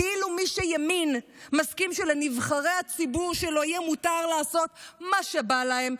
כאילו מי שימין מסכים שלנבחרי הציבור שלו יהיה מותר לעשות מה שבא להם,